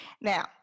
Now